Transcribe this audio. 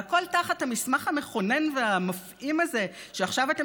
והכול תחת המסמך המכונן והמפעים הזה שעכשיו אתם